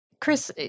Chris